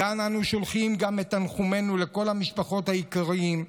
מכאן אנו שולחים גם את תנחומינו לכל המשפחות היקרות.